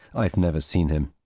i've never seen him.